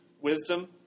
wisdom